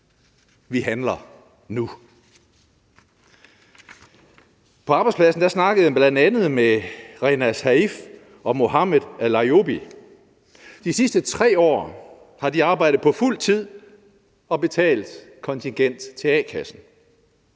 Vi handler nu. På arbejdspladsen snakkede jeg bl.a. med Renas Haif og Mohammad Alayoubi. De sidste 3 år har de arbejdet på fuld tid og betalt kontingent til a-kassen.